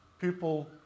people